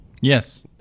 yes